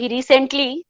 Recently